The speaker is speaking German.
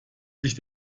sich